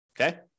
Okay